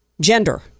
gender